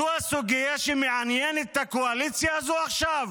זו הסוגיה שמעניינת את הקואליציה הזאת עכשיו,